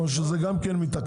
או שגם זה מתעכב?